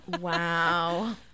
wow